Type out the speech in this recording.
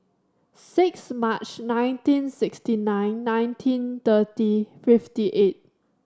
six March nineteen sixty nine nineteen thirty fifty eight